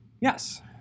yes